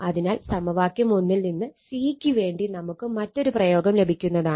അതിനാൽ സമവാക്യം ൽ നിന്ന് C ക്ക് വേണ്ടി നമുക്ക് മറ്റൊരു പ്രയോഗം ലഭിക്കുന്നതാണ്